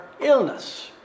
illness